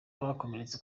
abakomeretse